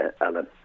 Alan